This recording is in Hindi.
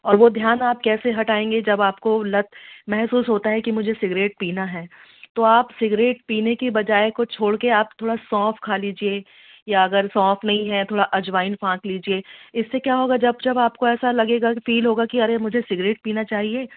और वह ध्यान आप कैसे हटाएँगे जब आपको लत महसूस होता है कि मुझे सिगरेट पीना है तो आप सिगरेट पीने के बजाय को छोड़ कर आप थोड़ा सौंफ़ खा लीजिए या अगर सौंफ़ नहीं है थोड़ा अजवाइन फाँक लीजिए इससे क्या होगा जब जब आपको ऐसा लगेगा फ़ील होगा कि अरे मुझे सिगरेट पीना चाहिए